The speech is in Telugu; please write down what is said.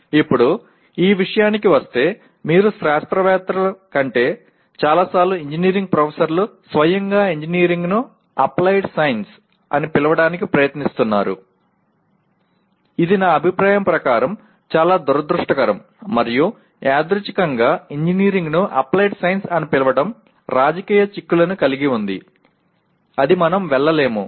ఇప్పుడు ఈ విషయానికి వస్తే మీరు శాస్త్రవేత్తల కంటే చాలాసార్లు ఇంజనీరింగ్ ప్రొఫెసర్లు స్వయంగా ఇంజనీరింగ్ను అప్లైడ్ సైన్స్ అని పిలవడానికి ప్రయత్నిస్తున్నారు ఇది నా అభిప్రాయం ప్రకారం చాలా దురదృష్టకరం మరియు యాదృచ్ఛికంగా ఇంజనీరింగ్ను అప్లైడ్ సైన్స్ అని పిలవడం రాజకీయ చిక్కులను కలిగి ఉంది అది మనం వెళ్ళలేము